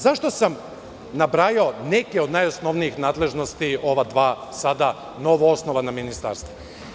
Zašto sam nabrajao neke od najosnovnijih nadležnosti ova dva sada novoosnovana ministarstva?